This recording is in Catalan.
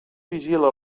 vigila